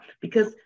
Because-